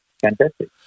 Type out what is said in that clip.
Fantastic